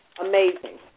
Amazing